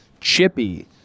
chippy